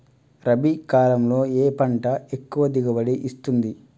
రబీ కాలంలో ఏ పంట ఎక్కువ దిగుబడి ఇస్తుంది?